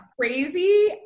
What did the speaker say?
crazy